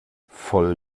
voll